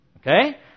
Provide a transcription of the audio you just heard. Okay